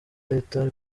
leta